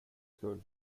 skull